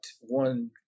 one